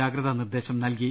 ജാഗ്രതാനിർദ്ദേശം നൽകി